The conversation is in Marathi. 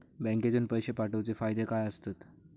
बँकेतून पैशे पाठवूचे फायदे काय असतत?